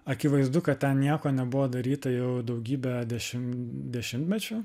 akivaizdu kad ten nieko nebuvo daryta jau daugybę dešim dešimtmečių